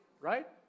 Right